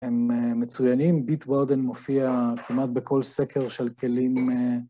הם מצוינים, ביט וורדן מופיע כמעט בכל סקר של כלים...